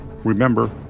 Remember